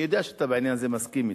אני יודע שבעניין הזה אתה מסכים אתו.